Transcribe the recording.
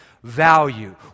Value